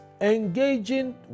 engaging